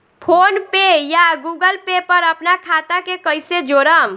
PhonePe या Google Pay पर अपना खाता के कईसे जोड़म?